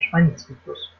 schweinezyklus